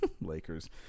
Lakers